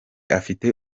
afite